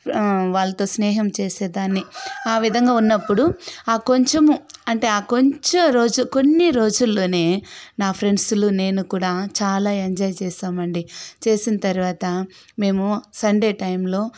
వాళ్లతో స్నేహం చేసేదాన్ని ఆ విధంగా ఉన్నప్పుడు ఆ కొంచెము అంటే ఆ కొంచెం రోజు కొన్ని రోజుల్లోనే నా ఫ్రెండ్స్లు నేను కూడా చాలా ఎంజాయ్ చేసామండి చేసిన తరవాత మేము సండే టైంలో